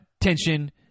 tension